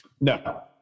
No